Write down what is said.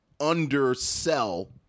undersell